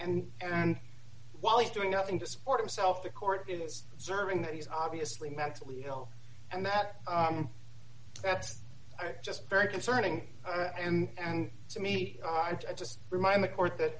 and and while he's doing nothing to support himself the court is serving that he's obviously mentally ill and that that's just very concerning and to me i just remind the court that